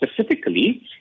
specifically